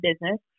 business